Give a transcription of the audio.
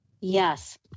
Yes